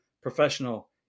professional